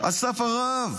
על סף רעב.